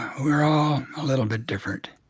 we're all a little bit different.